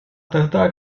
тогда